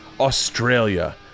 Australia